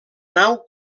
nau